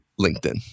LinkedIn